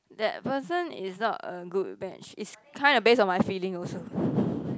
that person is not a good match it's kind of based on my feelings also